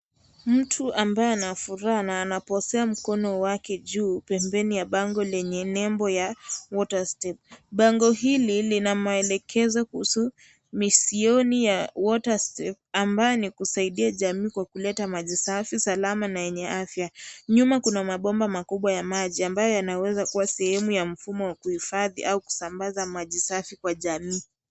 Mtu ambaye ana furaha na anaposea mkono wake juu, pembeni ya bango lenye nembo ya Water Step. Bango hili lina maelekezo kuhusu mission ya Water Step, ambaye ni kusaidia jamii kwa kuleta maji safi ,salama na yenye afya. Nyuma kuna mabomba makubwa ya maji, ambayo yanaweza kuwa sehemu ya mfumo wa kuhifadhi au kusambaza maji safi kwa jamii.